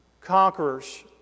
conquerors